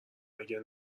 مگه